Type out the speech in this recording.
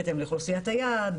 בהתאם לאוכלוסיית היעד,